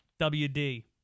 WD